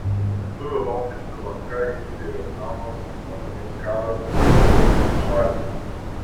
lietuvio laukia šri lanka indija vietnamas madagaskaras ir kitos užsienio šalys